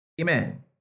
Amen